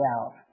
out